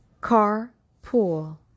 carpool